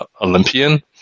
Olympian